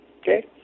Okay